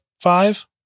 five